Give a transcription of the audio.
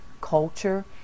culture